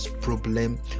problem